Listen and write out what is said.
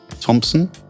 thompson